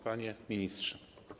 Panie Ministrze!